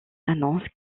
annonce